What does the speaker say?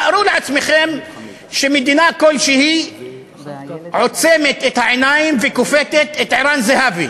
תארו לעצמכם שמדינה כלשהי עוצמת את העיניים וכופתת את ערן זהבי,